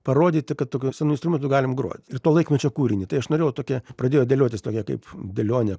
parodyti kad tokiu senu instrumentu galim groti ir to laikmečio kūrinį tai aš norėjau tokia pradėjo dėliotis tokia kaip dėlionė